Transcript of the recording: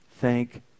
Thank